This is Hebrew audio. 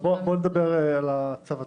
אבל בואי נדבר על הצד הנדון.